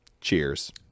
cheers